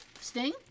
Sting